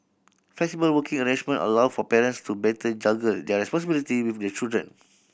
flexible working arrangement allowed for parents to better juggle their responsibility with their children